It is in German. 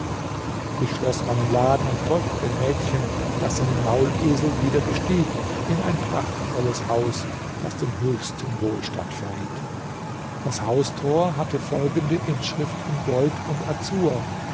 ich schloß meinen laden und folgte dem mädchen das seinen maulesel wieder bestieg in ein prachtvolles haus das den höchsten wohlstand verriet das haustor hatte folgende inschrift in gold und azur